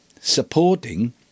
supporting